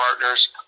partners